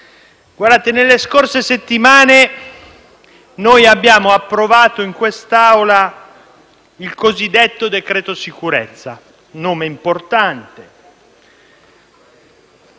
Nelle scorse settimane noi abbiamo approvato in quest'Aula il cosiddetto decreto sicurezza, nome importante